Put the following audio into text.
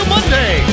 Monday